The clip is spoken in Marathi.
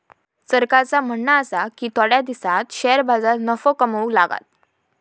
सरकारचा म्हणणा आसा की थोड्या दिसांत शेअर बाजार नफो कमवूक लागात